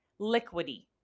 liquidy